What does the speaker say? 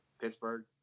Pittsburgh